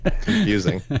confusing